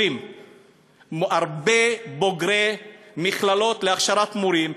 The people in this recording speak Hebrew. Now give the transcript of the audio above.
הרבה בוגרי מכללות להכשרת מורים,